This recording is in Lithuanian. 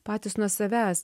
patys nuo savęs